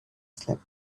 slept